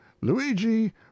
Luigi